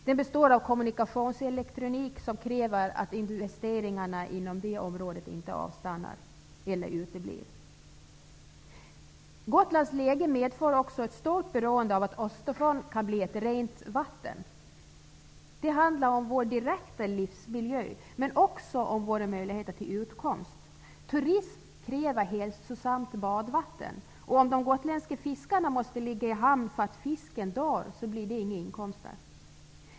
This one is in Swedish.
Den består av kommmunikationselektronik, som kräver att investeringarna inom detta område inte avstannar eller uteblir. Gotlands läge medför också ett stort beroende av att Östersjön kan bli ett rent vatten. Det handlar om vår direkta livsmiljö men också om våra möjligheter till utkomst. Turism kräver hälsosamt badvatten. Om de gotländska fiskarna måste ligga i hamn därför att fisken dör blir det inga inkomster.